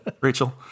Rachel